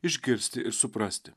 išgirsti ir suprasti